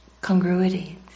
congruity